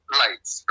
lights